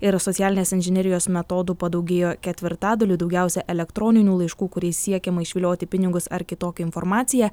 ir socialinės inžinerijos metodų padaugėjo ketvirtadaliu daugiausiai elektroninių laiškų kuriais siekiama išvilioti pinigus ar kitokią informaciją